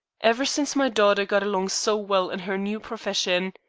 ever since my daughter got along so well in her new profession.